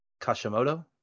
Kashimoto